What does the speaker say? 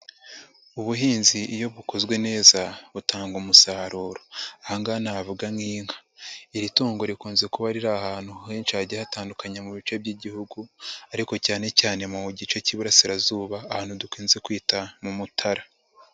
Ubuhinzi iyo bukozwe neza butanga umusaruro aha ngaha havuga nk'inka, iri tungo rikunze kuba riri ahantu henshi hagiye hatandukanye mu bice by'igihugu, ariko cyane cyane mu gice cy'Uburasirazuba ahantu dukunze kwita mu Mutara.